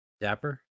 Dapper